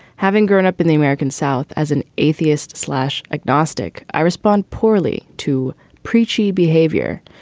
having grown up in the american south as an atheist slash agnostic, i respond poorly to preachy behavior,